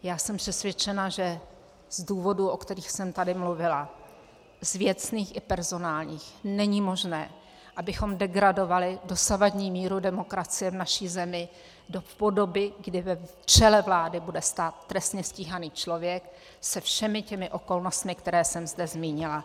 Já jsem přesvědčena, že z důvodů, o kterých jsem tady mluvila, z věcných i personálních, není možné, abychom degradovali dosavadní míru demokracie v naší zemi do podoby, kdy v čele vlády bude stát trestně stíhaný člověk se všemi těmi okolnostmi, které jsem zde zmínila.